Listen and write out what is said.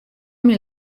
myn